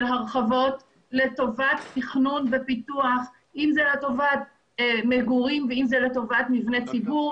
הרחבות לטובת תכנון ופיתוח של מבני מגורים או של מבני ציבור.